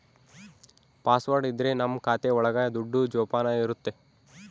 password ಇದ್ರೆ ನಮ್ ಖಾತೆ ಒಳಗ ದುಡ್ಡು ಜೋಪಾನ ಇರುತ್ತೆ